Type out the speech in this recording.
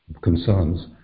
concerns